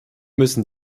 müssen